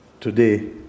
today